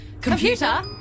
Computer